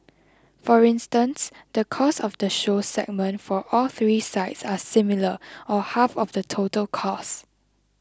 for instance the cost of the show segment for all three sites are similar or half of the total costs